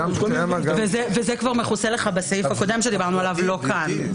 זה כבר מכוסה בסעיף הקודם שדיברנו עליו, לא כאן.